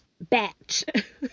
batch